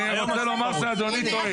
אני רוצה לומר שאדוני טועה.